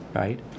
right